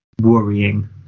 worrying